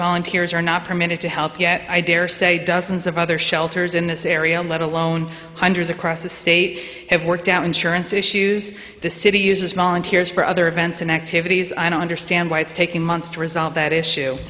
volunteers are not permitted to help yet i dare say dozens of other shelters in this area let alone hundreds across the state have worked out insurance issues the city uses volunteers for other events and activities i don't understand why it's taking months to resolve that issue